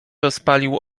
rozpalił